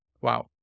Wow